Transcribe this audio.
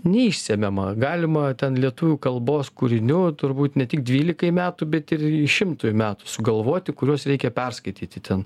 neišsemiama galima ten lietuvių kalbos kūrinių turbūt ne tik dvylikai metų bet ir šimtui metų sugalvoti kuriuos reikia perskaityti ten